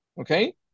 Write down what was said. Okay